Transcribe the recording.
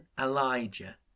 Elijah